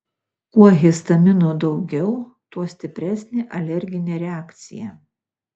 kuo histamino daugiau tuo stipresnė alerginė reakcija